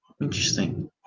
Interesting